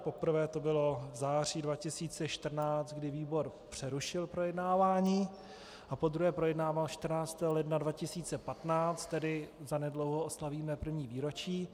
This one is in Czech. Poprvé to bylo v září 2014, kdy výbor přerušil projednávání, a podruhé projednával 14. ledna 2015, tedy zanedlouho oslavíme první výročí.